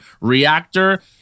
reactor